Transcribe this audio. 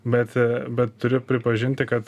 bet bet turiu pripažinti kad